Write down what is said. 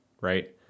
right